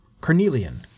carnelian